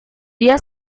dia